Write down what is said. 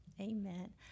amen